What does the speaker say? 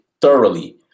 thoroughly